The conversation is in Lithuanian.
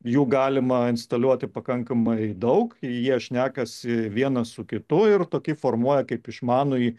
jų galima instaliuoti pakankamai daug ir jie šnekasi vienas su kitu ir tokį formuoja kaip išmanųjį